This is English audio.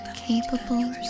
capable